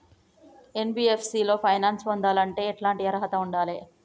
NBFC లో finance పొందాలంటే ఎట్లాంటి అర్హత ఉండాలే?